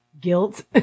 guilt